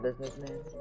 businessman